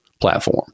platform